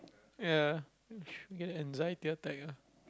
ya get anxiety attack ah